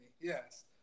Yes